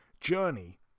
journey